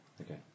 okay